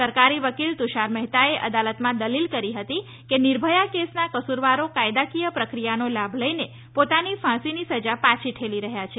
સરકારી વકિલ તુષાર મહેતાએ અદાલતમાં દલિલ કરી હતી કે નિર્ભયા કેસના કસુરવારો કાયદાકીય પ્રક્રિયાનો લાભ લઈને પોતાની ફાંસીની સજા પાછી ઠેલી રહ્યા છે